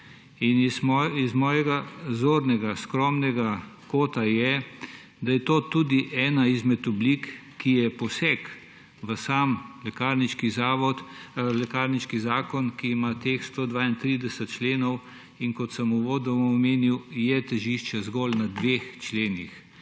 In iz mojega zornega skromnega kota je, da je to tudi ena izmed oblik, ki je poseg v sam lekarniški zakon, ki ima teh 132 členov, in kot sem uvodoma omenil, je težišče zgolj na dveh členih.